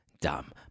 Dumb